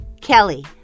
Kelly